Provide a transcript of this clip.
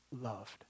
loved